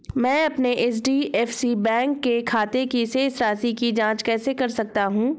मैं अपने HDFC bank के खाते की शेष राशि की जाँच कैसे कर सकता हूँ?